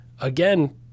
again